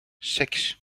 six